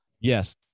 Yes